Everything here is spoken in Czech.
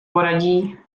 poradí